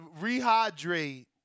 rehydrate